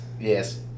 Yes